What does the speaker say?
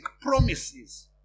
promises